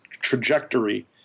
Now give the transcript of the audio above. trajectory